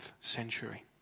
century